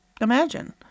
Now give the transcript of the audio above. Imagine